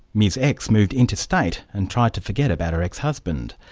ms x moved interstate and tried to forget about her ex husband.